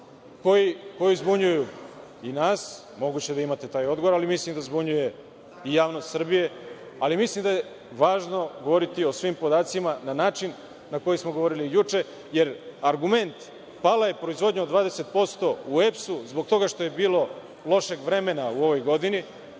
koji zbunjuju i nas, moguće da imate taj odgovor, ali mislim da zbunjuje i javnost Srbije, ali mislim da je važno govoriti o svim podacima na način na koji smo govorili juče, jer argument – pala je proizvodnja od 20% u EPS-u zbog toga što je bilo lošeg vremena u ovoj godini